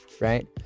right